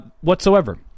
whatsoever